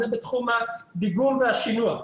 זה בתחום הדיגום והשינוע.